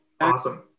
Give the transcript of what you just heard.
Awesome